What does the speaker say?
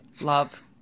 Love